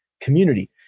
community